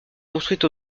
construite